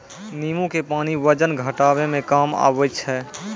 नेंबू के पानी वजन घटाबै मे काम आबै छै